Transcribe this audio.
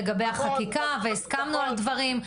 לגבי החקיקה והסכמנו על דברים,